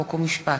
חוק ומשפט.